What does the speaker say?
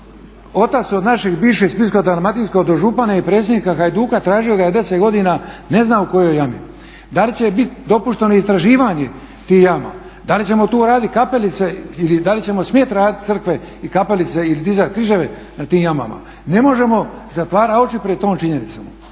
Otac od našeg bivšeg splitsko-dalmatinskog dožupana i predsjednika Hajduka tražio ga je 10 godina ne znam u kojoj jami. Da li će biti dopušteno istraživanje tih jama, da li ćemo tu raditi kapelice ili da li ćemo smjeti raditi crkve i kapelice ili dizat križeve nad tim jamama? Ne možemo zatvarati oči pred tom činjenicom.